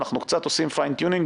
אנחנו קצת עושים fine tuning,